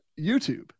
youtube